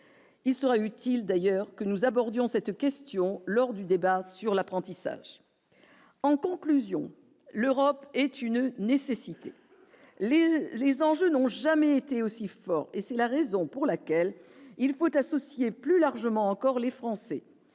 il sera utile d'ailleurs que nous abordions cette question lors du débat sur l'apprentissage en conclusion : l'Europe est une nécessité les les enjeux n'ont jamais été aussi fort et c'est la raison pour laquelle il faut associer plus largement encore, les Français,